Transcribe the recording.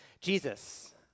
Jesus